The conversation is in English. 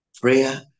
Prayer